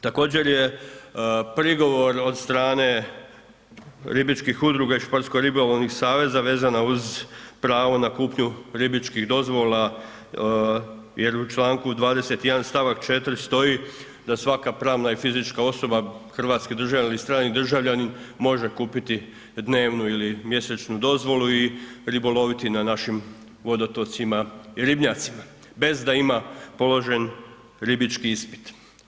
Također je prigovor od strane ribičkih udruga i športsko ribolovnih saveza vezana uz pravo na kupnju ribičkih dozvola jer u čl. 21. st. 4 stoji da svaka pravna i fizička osoba, hrvatski državljanin ili strani državljanin može kupiti dnevnu ili mjesečnu dozvolu i riboloviti na našim vodotocima i ribnjacima bez da ima položen ribički ispit.